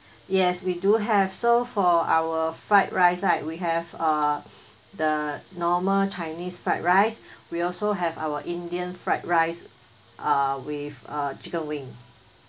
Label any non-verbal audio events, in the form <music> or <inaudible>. yes we do have so for our fried rice right we have uh <breath> the normal chinese fried rice we also have our indian fried rice uh with uh chicken wing